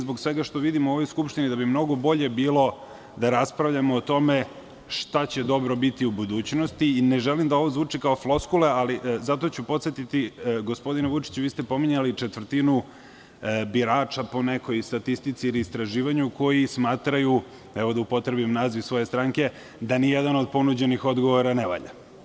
Zbog svega što vidim u ovoj Skupštini mislim da bi mnogo bolje bilo da raspravljamo o tome šta će dobro biti u budućnosti i ne želi da ovo zvuči kao floskula, ali podsetiću gospodina Vučića, pominjali ste četvrtinu birača po nekoj statistici ili istraživanju koji smatraju, da upotrebnim naziv svoje stranke, da nijedan od ponuđenih odgovora ne valja.